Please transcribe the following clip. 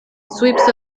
sweeps